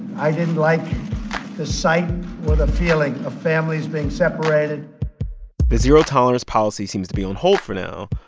i didn't like the sight or the feeling of families being separated the zero-tolerance policy seems to be on hold for now,